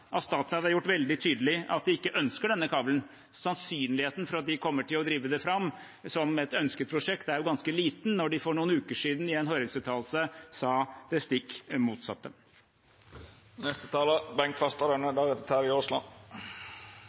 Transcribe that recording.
at Statnett har gjort det veldig tydelig at de ikke ønsker denne kabelen. Sannsynligheten for at de kommer til å drive det fram som et ønskeprosjekt, er ganske liten når de for noen uker siden, i en høringsuttalelse, sa det stikk motsatte.